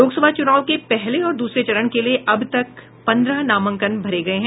लोकसभा चुनाव के पहले और दूसरे चरण के लिये अब तक पंद्रह नामांकन भरे गये हैं